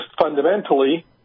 fundamentally